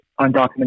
undocumented